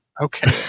Okay